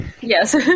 Yes